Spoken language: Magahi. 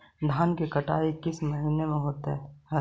धान की कटनी किस महीने में होती है?